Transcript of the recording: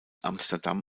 amsterdam